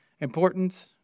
importance